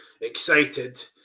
excited